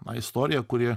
na istoriją kuri